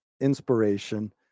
inspiration